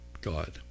god